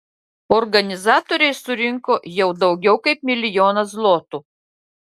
organizatoriai surinko jau daugiau kaip milijoną zlotų